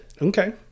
okay